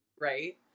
Right